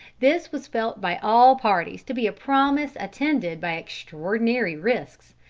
this was felt by all parties to be a promise attended by extraordinary risks,